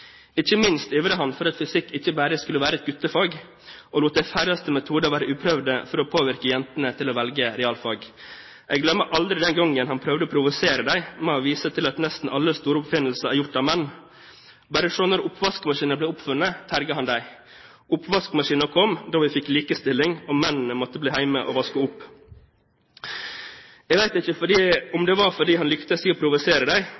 Ikke minst ivret han for at fysikk ikke bare skulle være et guttefag og lot de færreste metoder være uprøvd for å påvirke jentene til å velge realfag. Jeg glemmer aldri den gangen han prøvde å provosere dem ved å vise til at nesten alle store oppfinnelser er gjort av menn. Bare se da oppvaskmaskinen ble oppfunnet, terget han dem: Oppvaskmaskinen kom da vi fikk likestilling og mennene måtte bli hjemme og vaske opp. Jeg vet ikke om det var fordi han lyktes i å